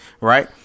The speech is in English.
Right